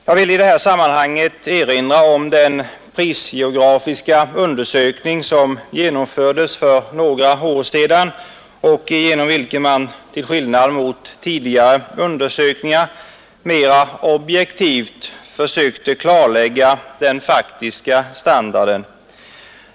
Jag vill i detta sammanhang erinra om den prisgeografiska undersökning som genomfördes för några år sedan och genom vilken man — till skillnad från vad som varit fallet med tidigare undersökningar — mer objektivt försökte klarlägga den faktiska standarden.